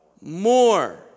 More